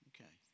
Okay